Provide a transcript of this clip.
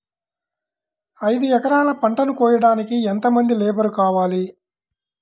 ఐదు ఎకరాల పంటను కోయడానికి యెంత మంది లేబరు కావాలి?